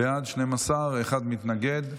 בעד, 12, מתנגד אחד.